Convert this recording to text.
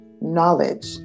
knowledge